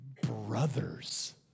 brothers